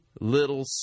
little